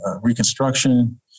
Reconstruction